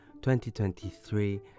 2023